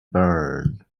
bern